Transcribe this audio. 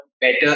better